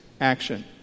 action